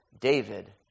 David